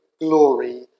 glory